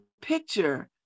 picture